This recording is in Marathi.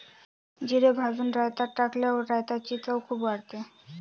जिरे भाजून रायतात टाकल्यावर रायताची चव खूप वाढते